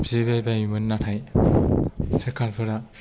बिबायबायोमोन नाथाय सोरखारफोरा